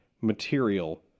material